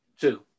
Two